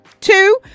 Two